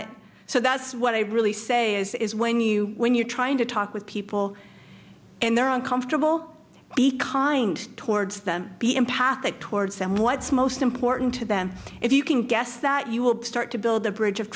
it so that's what i really say is when you when you're trying to talk with people in their own comfortable be kind towards them be empathic towards them what's most important to the if you can guess that you will start to build the bridge of